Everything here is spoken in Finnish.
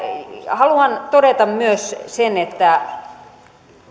haluan todeta myös sen että